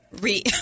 re